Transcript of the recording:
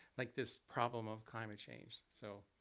like this problem of climate change. so